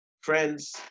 Friends